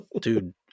dude